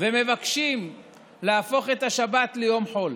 ומבקשים להפוך את השבת ליום חול,